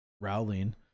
Rowling